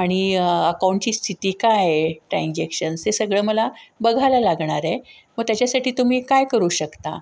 आणि अकाऊंटची स्थिती काय आहे ट्रॅन्झॅक्शन्स हे सगळं मला बघायला लागणार आहे मग त्याच्यासाठी तुम्ही काय करू शकता